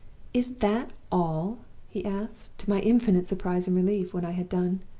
is that all he asked, to my infinite surprise and relief, when i had done.